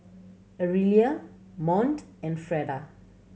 Arielle Mont and Freda